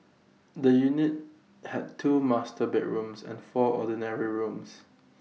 the unit had two master bedrooms and four ordinary rooms